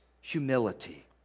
humility